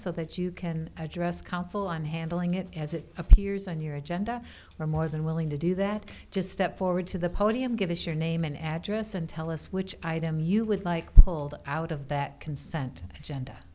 so that you can address counsel on handling it as it appears on your agenda where more than willing to do that just step forward to the podium give us your name and address and tell us which item you would like pulled out of that consent genda